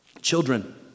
Children